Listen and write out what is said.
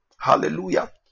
Hallelujah